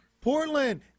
Portland